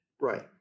Right